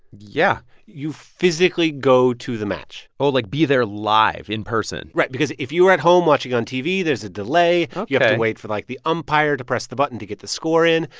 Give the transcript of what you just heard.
yeah you physically go to the match oh, like, be there live, in person right. because if you are at home watching on tv, there's a delay ok you have to wait for, like, the umpire to press the button to get the score in.